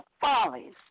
follies